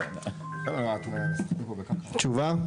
תשובה?